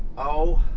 oh.